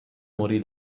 morì